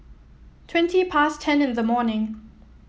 twenty past ten in the morning